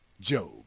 Job